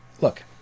Look